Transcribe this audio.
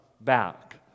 back